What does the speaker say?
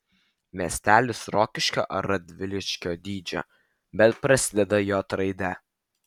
miestelis rokiškio ar radviliškio dydžio bet prasideda j raide